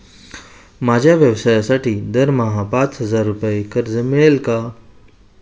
माझ्या व्यवसायासाठी दरमहा पाच हजार रुपये कर्ज मिळेल का?